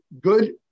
good